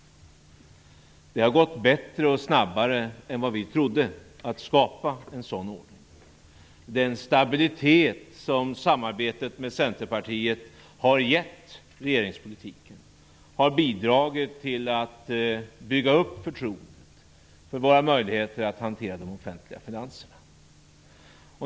Det har gått bättre och snabbare än vi vad trodde att skapa en sådan ordning. Den stabilitet som samarbetet med Centerpartiet har gett regeringspolitiken har bidragit till att bygga upp förtroendet för våra möjligheter att hantera de offentliga finanserna.